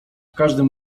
każdym